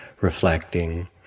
reflecting